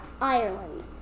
Ireland